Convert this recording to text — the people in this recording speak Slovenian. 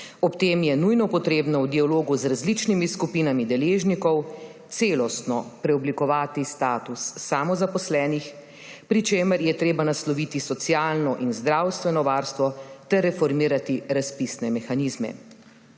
Ob tem je nujno potrebno v dialogu z različnimi skupinami deležnikov celostno preoblikovati status samozaposlenih, pri čemer je treba nasloviti socialno in zdravstveno varstvo ter reformirati razpisne mehanizme.